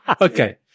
Okay